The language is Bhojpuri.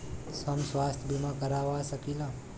हम स्वास्थ्य बीमा करवा सकी ला?